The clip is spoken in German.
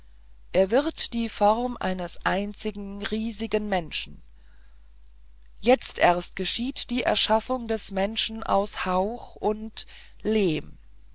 er wird die form eines einzigen riesigen menschen jetzt erst geschieht die erschaffung des menschen aus hauch und lehm